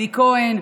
אלי כהן,